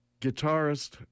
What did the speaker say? guitarist